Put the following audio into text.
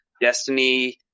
Destiny